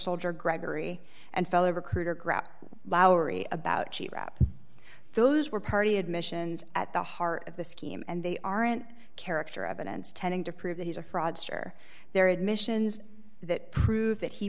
soldier gregory and fellow recruiter grap lowery about sheet rap those were party admissions at the heart of the scheme and they aren't character evidence tending to prove that he's a fraudster their admissions that prove that he